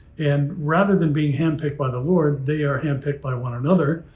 and rather than being handpicked by the lord, they are handpicked by one another,